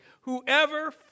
whoever